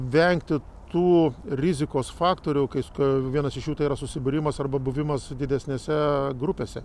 vengti tų rizikos faktorių kai vienas iš jų tai yra susibūrimas arba buvimas didesnėse grupėse